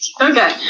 Okay